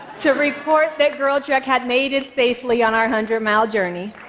to report that girltrek had made it safely on our hundred-mile journey.